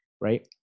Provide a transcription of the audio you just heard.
Right